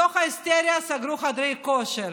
מתוך ההיסטריה סגרו חדרי כושר,